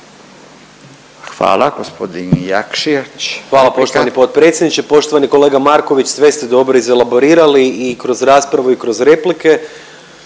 **Jakšić, Mišel (SDP)** Hvala poštovani potpredsjedniče. Poštovani kolega Marković, sve ste dobro izelaborirali i kroz raspravu i kroz replike.